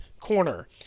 corner